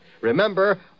Remember